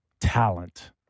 talent